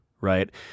right